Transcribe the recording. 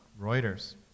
Reuters